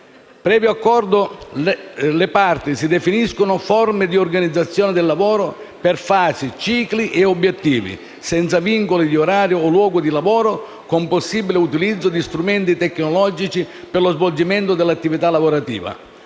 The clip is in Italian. Previo accordo tra le parti, si definiscono forme di organizzazione del lavoro per fasi, cicli e obiettivi, senza vincoli di orario o luogo di lavoro, con possibile utilizzo di strumenti tecnologici per lo svolgimento dell’attività lavorativa.